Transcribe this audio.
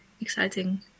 exciting